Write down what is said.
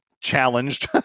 challenged